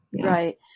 right